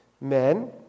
Men